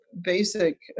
basic